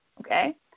okay